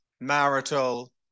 marital